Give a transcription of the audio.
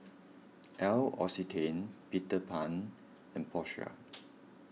L'Occitane Peter Pan and Porsche